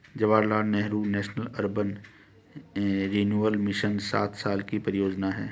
Jawaharlal Nehru National Urban Renewal Mission सात साल की परियोजना है